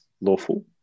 lawful